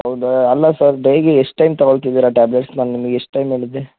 ಹೌದಾ ಅಲ್ಲ sir daily ಎಷ್ಟು ಟೈಮ್ ತಗೊಳ್ತಾ ಇದ್ದೀರಾ ಟ್ಯಾಬ್ಲೆಟ್ಸ್ ನಾನು ನಿಮಗೆ ಎಷ್ಟು ಟೈಮ್ ಹೇಳಿದ್ದೆ